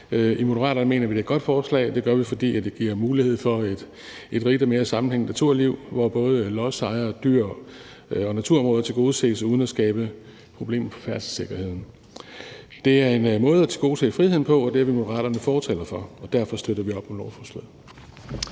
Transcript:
I Moderaterne mener vi, at det er et godt forslag, og det gør vi, fordi det giver mulighed for et rigt og mere sammenhængende naturliv, hvor både lodsejere, dyr og naturområder tilgodeses, uden at der skabes problemer for færdselssikkerheden. Det er en måde at tilgodese friheden på, og det er vi i Moderaterne fortalere for, og derfor støtter vi lovforslaget.